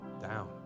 down